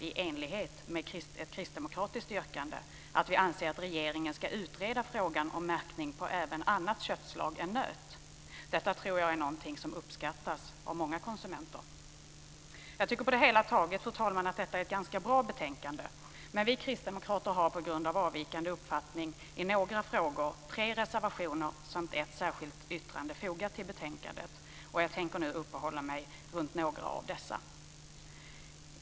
I enlighet med ett kristdemokratiskt yrkande säger vi nu att vi anser att regeringen ska utreda frågan om märkning även av annat köttslag än nöt. Detta tror jag är någonting som uppskattas av många konsumenter. Jag tycker på det hela taget, fru talman, att detta är ett ganska bra betänkande. Men vi kristdemokrater har på grund av avvikande uppfattning i några frågor tre reservationer samt ett särskilt yttrande fogat till betänkandet. Jag tänker nu uppehålla mig runt några av dessa.